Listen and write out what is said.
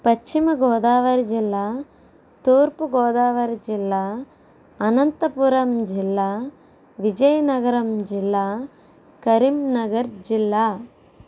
పశ్చిమ గోదావరి జిల్లా తూర్పు గోదావరి జిల్లా అనంతపురం జిల్లా విజయనగరం జిల్లా కరీంనగర్ జిల్లా